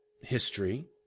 history